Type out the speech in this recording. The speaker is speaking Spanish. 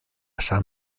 san